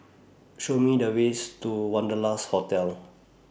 Show Me The ways to Wanderlust Hotel